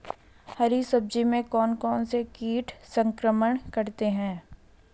हरी सब्जी में कौन कौन से कीट संक्रमण करते हैं?